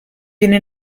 viene